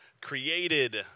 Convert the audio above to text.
created